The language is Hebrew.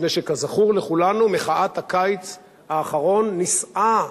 מפני שכזכור לכולנו מחאת הקיץ האחרון נישאה